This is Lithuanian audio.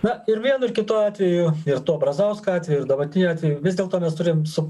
na ir vienu ir kitu atveju ir to brazausko atveju ir dabartiniu atveju vis dėlto mes turim su